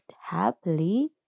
happily